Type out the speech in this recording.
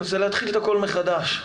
להתחיל את הכול מחדש,